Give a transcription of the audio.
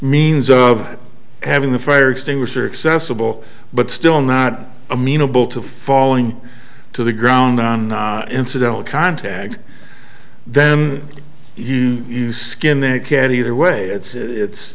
means of having the fire extinguisher accessible but still not amenable to falling to the ground on incidental contact then you use skin that can either way it's